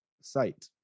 site